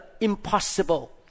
impossible